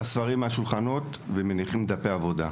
ספרי הלימוד מהשולחנות ושמים במקומם דפי עבודה.